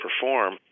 perform